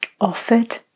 offered